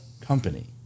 company